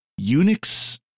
Unix